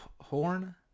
Horn